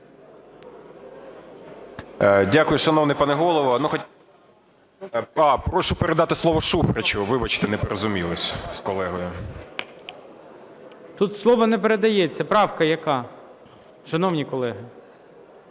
Дякую, шановний пане Голово. А, прошу передати слово Шуфричу. Вибачте, не порозумілись з колегою. ГОЛОВУЮЧИЙ. Тут слово не передається. Правка яка, шановні колеги?